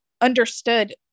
understood